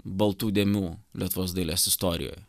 baltų dėmių lietuvos dailės istorijoje